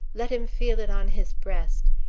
let him feel it on his breast.